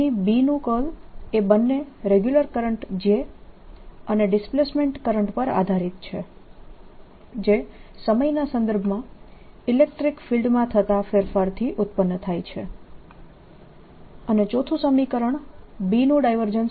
અહીં B નું curl એ બંને રેગ્યુલર કરંટ J અને ડિસ્પ્લેસમેન્ટ કરંટ પર આધારીત છે જે સમયના સંદર્ભમાં ઇલેક્ટ્રીક ફિલ્ડમાં થતા ફેરફારથી ઉત્પન્ન થાય છે અને ચોથું સમીકરણ B નું ડાયવર્જન્સ